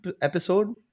episode